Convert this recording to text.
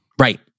Right